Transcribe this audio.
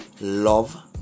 love